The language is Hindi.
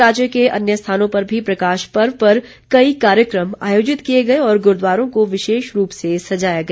राज्य के अन्य स्थानों पर भी प्रकाश पर्व पर कई कार्यक्रम आयोजित किए गए और गुरूद्वारों को विशेष रूप से सजाया गया